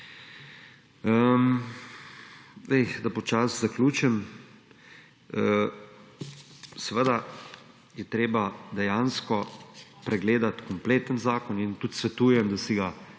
Da počasi zaključim … Seveda, je treba dejansko pregledati kompleten zakon in tudi svetujem, da si ga